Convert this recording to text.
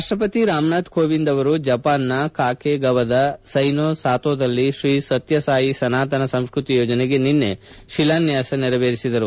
ರಾಷ್ಟಪತಿ ರಾಮ್ನಾಥ್ ಕೋವಿಂದ್ ಅವರು ಜಪಾನ್ನ ಕಾಕೆಗವದ ಸೈನೊ ಸಾಥೊದಲ್ಲಿ ಶ್ರೀ ಸತ್ಯಸಾಯಿ ಸನಾತನ ಸಂಸ್ಕೃತಿ ಯೋಜನೆಗೆ ನಿನ್ನೆ ಶಿಲಾನ್ಥಾಸ ನೆರವೇರಿಸಿದರು